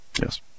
Yes